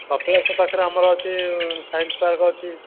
କପିଳାସ ପାଖରେ ଆମର ଅଛି ସାଇନ୍ସ ପାର୍କ୍ ଅଛି